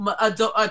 adult